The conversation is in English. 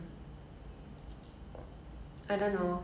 like 日本的 sumo wrestlers